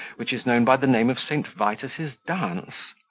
which is known by the name of st. vitus's dance.